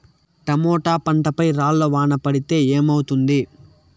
Tomato పంట పై రాళ్లు వాన పడితే ఏమవుతుంది?